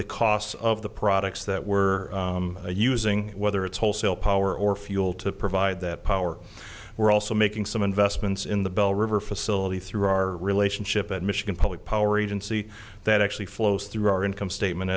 the costs of the products that we're using whether it's wholesale power or fuel to provide that power we're also making some investments in the bell river facility through our relationship at michigan public power agency that actually flows through our income statement